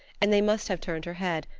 and they must have turned her head,